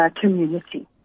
community